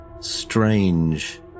strange